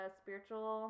spiritual